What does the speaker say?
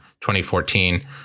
2014